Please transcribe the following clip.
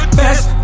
best